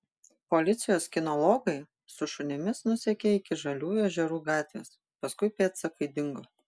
policijos kinologai su šunimis nusekė iki žaliųjų ežerų gatvės paskui pėdsakai dingo